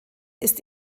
ist